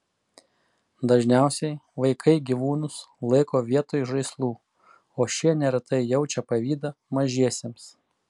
dažniausiai vaikai gyvūnus laiko vietoj žaislų o šie neretai jaučia pavydą mažiesiems